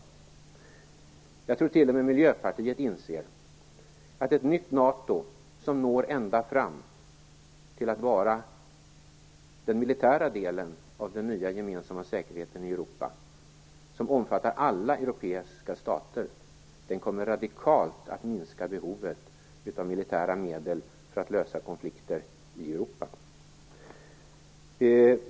Jag tror t.o.m. att Miljöpartiet inser att ett nytt NATO, som når ända fram till att vara den militära delen av den nya gemensamma säkerheten i Europa, som omfattar alla europeiska stater, kommer radikalt att minska behovet av militära medel för att lösa konflikter i Europa.